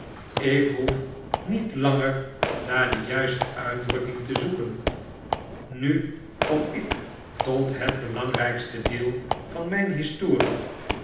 ik hoef niet langer naar de juiste uitdrukking te zoeken nu kom ik tot het belangrijkste deel van mijn historie